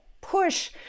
push